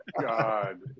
god